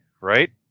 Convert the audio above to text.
right